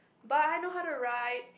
but I know how to write